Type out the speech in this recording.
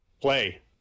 Play